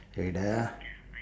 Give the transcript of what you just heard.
wait ah